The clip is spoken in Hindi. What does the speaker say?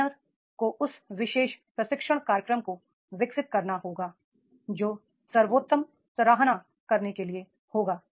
ट्रेनर को उस विशेष प्रशिक्षण कार्यक्रम को विकसित करना होगा जो सर्वोत्तम सराहना करने के लिए होगा